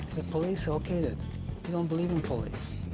police okay'd it. we don't believe in police.